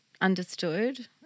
understood